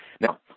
Now